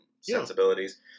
sensibilities